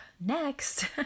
Next